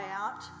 out